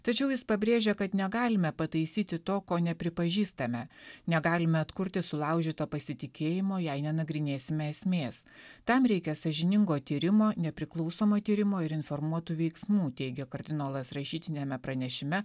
tačiau jis pabrėžė kad negalime pataisyti to ko nepripažįstame negalime atkurti sulaužyto pasitikėjimo jei nenagrinėsime esmės tam reikia sąžiningo tyrimo nepriklausomo tyrimo ir informuotų veiksmų teigia kardinolas rašytiniame pranešime